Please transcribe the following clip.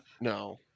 No